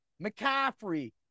McCaffrey